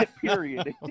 Period